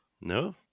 no